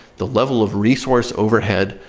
the level of resource overhead,